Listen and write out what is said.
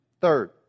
Third